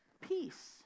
peace